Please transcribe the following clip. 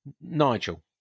Nigel